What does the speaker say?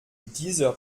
dieser